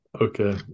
Okay